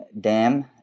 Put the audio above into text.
Dam